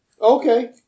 Okay